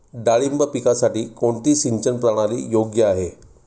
डाळिंब पिकासाठी कोणती सिंचन प्रणाली योग्य आहे?